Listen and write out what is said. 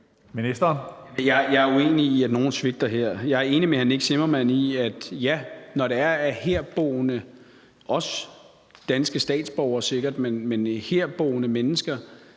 Jeg er uenig i, at nogen svigter her. Jeg er enig med hr. Nick Zimmermann i, at når det er, at herboende, sikkert også danske statsborgere, går gennem gaderne